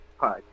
podcast